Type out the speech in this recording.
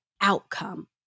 outcome